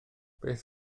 beth